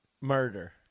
Murder